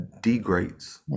degrades